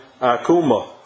akuma